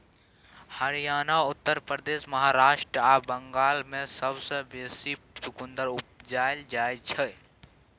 हरियाणा, उत्तर प्रदेश, महाराष्ट्र आ बंगाल मे सबसँ बेसी चुकंदर उपजाएल जाइ छै